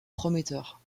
prometteur